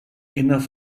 enough